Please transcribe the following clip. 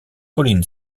colin